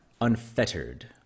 unfettered